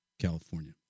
California